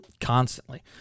constantly